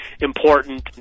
important